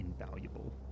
invaluable